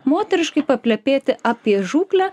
moteriškai paplepėti apie žūklę